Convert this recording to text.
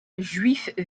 juifs